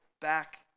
back